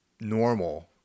normal